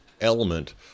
element